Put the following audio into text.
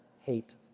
hate